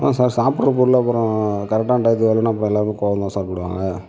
ஆமாம் சார் சாப்பிட்ற பொருள் அப்புறம் கரெட்டான டையத்துக்கு வரலனா அப்புறம் எல்லாேருக்கும் கோவம்தான் சார் படுவாங்க